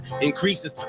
increases